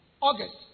August